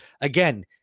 again